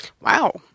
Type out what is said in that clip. Wow